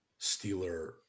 Steeler